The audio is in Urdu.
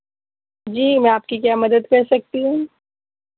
جی میں آپ کی کیا مدد کر سکتی ہوں